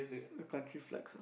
the country flags ah